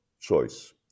choice